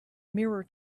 mirror